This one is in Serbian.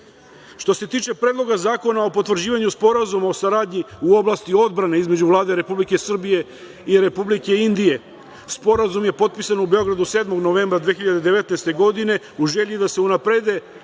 se tiče Predloga zakona o potvrđivanju Sporazuma o saradnji u oblasti odbrane između Vlade Republike Srbije i Republike Indije, Sporazum je potpisan u Beogradu 7. novembra 2019. godine, u želji da se unaprede